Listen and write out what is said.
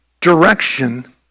direction